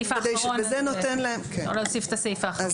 --- אפשר להוסיף את הסעיף האחרון.